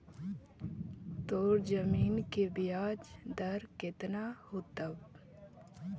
तोर जमीन के ब्याज दर केतना होतवऽ?